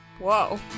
whoa